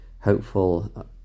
hopeful